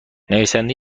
نویسنده